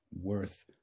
worth